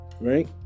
right